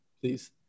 Please